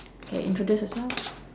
K introduce yourself